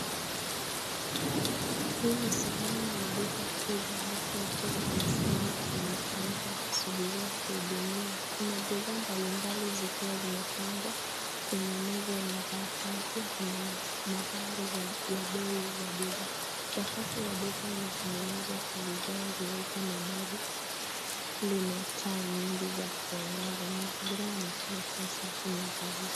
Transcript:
Hii ni sehemu ya duka kubwa ambapo wateja wanasimama kwenye kaunta wakisubiria kuhudiwa. Kuna bidhaa mbalimbali zikiwa zimepangwa kwenye meza na rafu na pia kuna mabango ya bei za bidhaa. Sakafu ya duka imetengenezwa kwa vigae vyeupe na dari lina taa nyingi za kuangaza. Mazingira yanaonekana kuwa safi na dhaifu.